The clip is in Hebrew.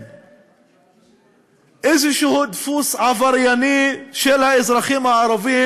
איזה דפוס עברייני של האזרחים הערבים,